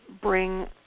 bring